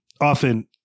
Often